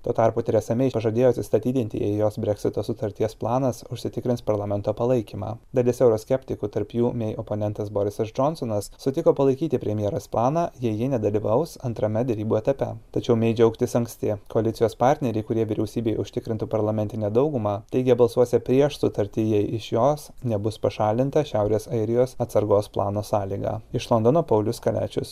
tuo tarpu teresa mei pažadėjo atsistatydinti jei jos breksito sutarties planas užsitikrins parlamento palaikymą dalis euroskeptikų tarp jų mei oponentas borisas džonsonas sutiko palaikyti premjerės planą jei ji nedalyvaus antrame derybų etape tačiau mei džiaugtis anksti koalicijos partneriai kurie vyriausybėj užtikrintų parlamentinę daugumą teigė balsuosią prieš sutartį jei iš jos nebus pašalinta šiaurės airijos atsargos plano sąlyga iš londono paulius kaliačius